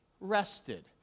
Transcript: rested